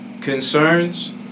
concerns